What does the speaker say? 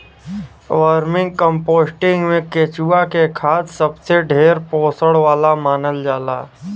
vermicomposting में केचुआ के खाद सबसे ढेर पोषण वाला मानल जाला